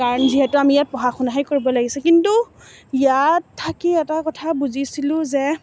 কাৰণ যিহেতু আমি ইয়াত পঢ়া শুনাহে কৰিব লাগিছিল কিন্তু ইয়াত থাকি এটা কথা বুজিছিলোঁ যে